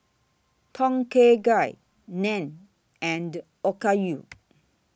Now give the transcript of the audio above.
Tom Kha Gai Naan and Okayu